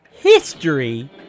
history